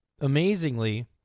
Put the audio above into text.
Amazingly